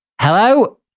Hello